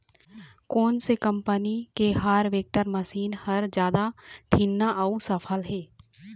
कोन से कम्पनी के हारवेस्टर मशीन हर जादा ठीन्ना अऊ सफल हे?